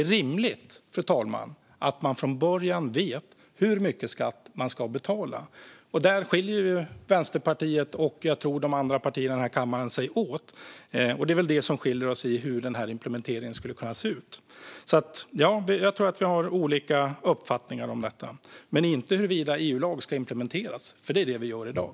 Fru talman! Det är rimligt att man från början vet hur mycket skatt man ska betala. Där, tror jag, skiljer sig Vänsterpartiet och de andra partierna i den här kammaren åt. Vi skiljer oss åt i hur denna implementering skulle kunna se ut. Vi har olika uppfattningar om detta. Men inte om huruvida EU-lag ska implementeras, för det är vad vi gör i dag.